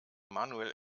manuel